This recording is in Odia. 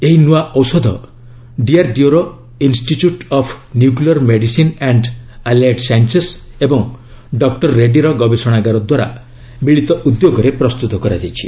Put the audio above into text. ଏହି ନୂଆ ଔଷଧ ଡିଆର୍ଡିଓର institute of nuclear medicine and allied sciences ଏବଂ ଡକ୍କର ରେଡ୍ଭୀର ଗବେଷଣାଗାର ଦ୍ୱାରା ମିଳିତ ଉଦ୍ୟୋଗରେ ପ୍ରସ୍ତୁତ କରାଯାଇଛି